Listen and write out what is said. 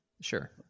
Sure